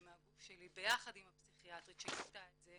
מהגוף שלי ביחד עם הפסיכיאטרית שגילתה את זה